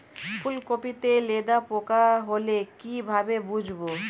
ফুলকপিতে লেদা পোকা হলে কি ভাবে বুঝবো?